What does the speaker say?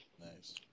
Nice